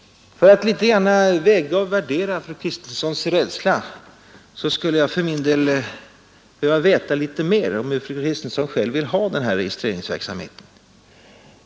För att litet väga och värdera fru Kristenssons rädsla skulle jag för min del behöva veta litet mera om hur fru Kristensson själv vill ha den här registreringsverksamheten.